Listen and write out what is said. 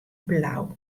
blau